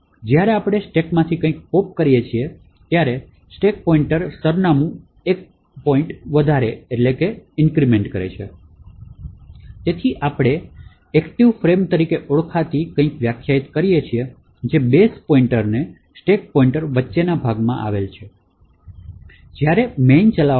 જ્યારે આપણે સ્ટેકમાંથી પોપ કરીએ છીએ તેમ સ્ટેક પોઇંટર સરનામું ફરી વધારતું રહે છે તેથી આપણે કંઈક એક્ટિવ ફ્રેમ તરીકે ઓળખાતી કંઈક વ્યાખ્યાયિત કરીએ છીએ જે બેઝ પોઇન્ટર સ્ટેક પોઇન્ટર વચ્ચેના ભાગ માં સમાવેશ કરે છે